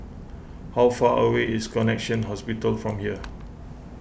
how far away is Connexion Hospital from here